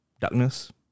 darkness